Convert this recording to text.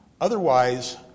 Otherwise